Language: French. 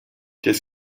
qu’est